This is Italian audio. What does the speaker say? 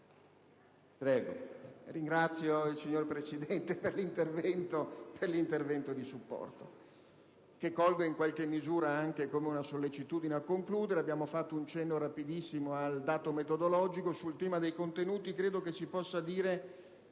*relatore*. Ringrazio il signor Presidente per l'intervento di supporto che colgo, in qualche misura, anche come una sollecitazione a concludere. Abbiamo fatto un cenno rapidissimo al dato metodologico. Sul tema dei contenuti credo si possa dire